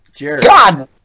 God